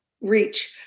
reach